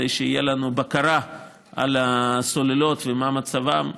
כדי שתהיה לנו בקרה על הסוללות ומה מצבן.